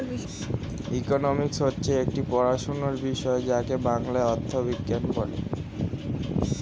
economics হচ্ছে একটি পড়াশোনার বিষয় যাকে বাংলায় অর্থবিজ্ঞান বলে